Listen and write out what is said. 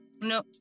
no